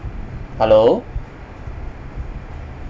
hello